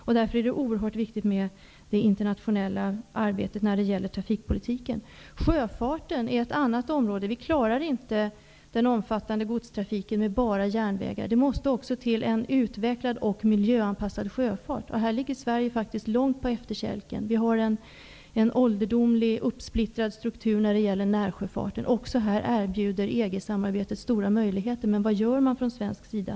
Det internationella arbetet med trafikpolitiken är därför oerhört viktigt. Sjöfarten är ett annat område. Vi klarar inte den omfattande godstrafiken med bara järnvägar. Det måste också till en utvecklad och miljöanpassad sjöfart. Här har Sverige faktiskt hamnat långt på efterkälken. Vi har en ålderdomlig och uppsplittrad struktur av närsjöfarten. Också här erbjuder EG samarbetet stora möjligheter. Men vad görs från svensk sida?